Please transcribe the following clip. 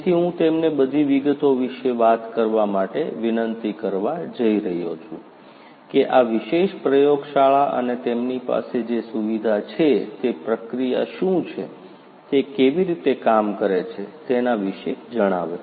તેથી હું તેમને બધી વિગતો વિશે વાત કરવા માટે વિનંતી કરવા જઈ રહ્યો છું કે આ વિશેષ પ્રયોગશાળા અને તેમની પાસે જે સુવિધા છે તે પ્રક્રિયા શું છે તે કેવી રીતે કામ કરે છે તેના વિષે જણાવે